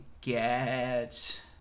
get